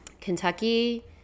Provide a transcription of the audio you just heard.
Kentucky